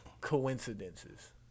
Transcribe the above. coincidences